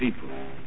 people